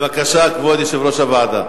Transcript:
בבקשה, כבוד יושב-ראש הוועדה.